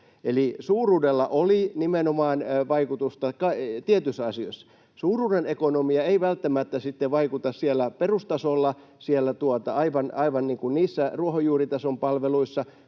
suuruudella oli nimenomaan vaikutusta tietyissä asioissa. Suuruuden ekonomia ei välttämättä sitten vaikuta siellä perustasolla, siellä aivan niissä ruohonjuuritason palveluissa.